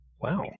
Wow